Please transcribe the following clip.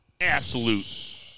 Absolute